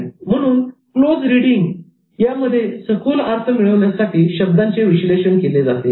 म्हणून क्लोज रीडिंगचोखंदळ वाचनामध्ये सखोल अर्थ मिळण्यासाठी शब्दांचे विश्लेषण केले जाते